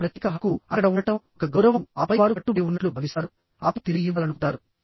ఇది ఒక ప్రత్యేక హక్కు అక్కడ ఉండటం ఒక గౌరవం ఆపై వారు కట్టుబడి ఉన్నట్లు భావిస్తారు ఆపై తిరిగి ఇవ్వాలనుకుంటారు